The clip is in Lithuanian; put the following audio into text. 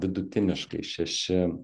vidutiniškai šeši